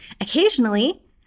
occasionally